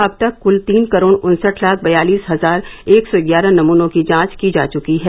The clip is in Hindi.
अब तक कुल तीन करोड़ उन्सठ लाख बयालीस हजार एक सौ ग्यारह नमूनों की जांच की जा चुकी है